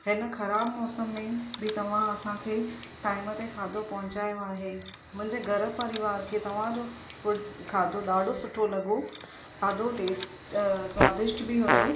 हिन ख़राबु मौसम में बि तव्हां असांखे टाइम ते खाधो पहुचायो आहे मुंहिंजे घरु परिवार खे तव्हांजो फूड खाधो ॾाढो सुठो लॻो ॾाढो टेस्ट स्वादिष्ट बि हुयो